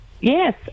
Yes